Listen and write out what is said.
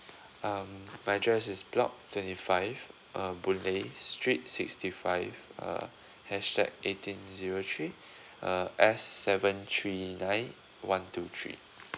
um my address is block twenty five uh boleh street sixty five uh hashtag eighteen zero three uh S seven three nine one two three